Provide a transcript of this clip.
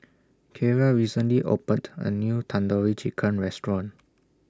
Kierra recently opened A New Tandoori Chicken Restaurant